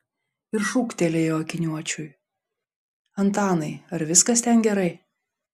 ir šūktelėjo akiniuočiui antanai ar viskas ten gerai